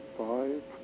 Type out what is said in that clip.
five